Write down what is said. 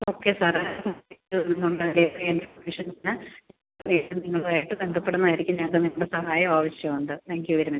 okay സാറേ വരുന്നുണ്ടെങ്കിൽ എൻ്റെ പ്രതീക്ഷക്കൊത്ത് വേഗം നിങ്ങളുവായിട്ട് ബന്ധപ്പെടുന്നതായിരിക്കും ഞങ്ങൾക്ക് നിങ്ങളുടെ സഹായം ആവശ്യമുണ്ട് താങ്ക് യൂ വെരി മച്ച്